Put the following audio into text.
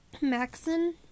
Maxon